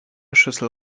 schüssel